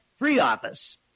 FreeOffice